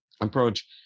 approach